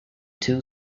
two